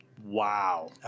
Wow